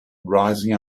rising